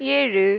ஏழு